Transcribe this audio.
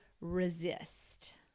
resist